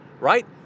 Right